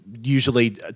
Usually